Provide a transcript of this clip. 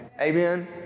Amen